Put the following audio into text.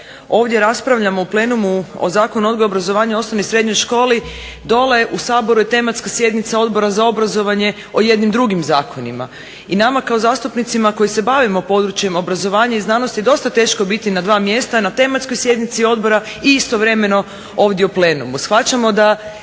ovdje raspravljamo o plenumu, o Zakonu o odgoju i obrazovanju u osnovnoj i srednjoj školi dole u Saboru je tematska sjednica Odbora za obrazovanje o jednim drugim zakonima. I nama kao zastupnicima koji se bavimo područjem obrazovanja i znanosti dosta teško je biti na dva mjesta, na tematskoj sjednici odbora i istovremeno ovdje u plenumu.